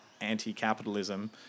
anti-capitalism